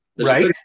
Right